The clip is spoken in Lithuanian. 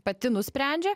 pati nusprendžia